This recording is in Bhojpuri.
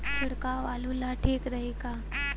छिड़काव आलू ला ठीक रही का?